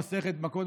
במסכת מכות,